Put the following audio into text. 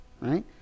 right